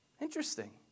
Interesting